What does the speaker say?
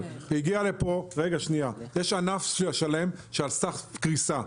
יש ענף שלם שהוא על סף קריסה,